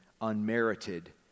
unmerited